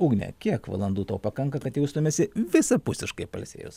ugne kiek valandų tau pakanka kad jaustumesi visapusiškai pailsėjus